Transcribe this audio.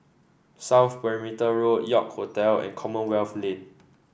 South Perimeter Road York Hotel and Commonwealth Lane